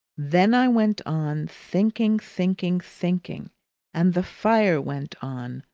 then i went on, thinking, thinking, thinking and the fire went on,